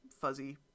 fuzzy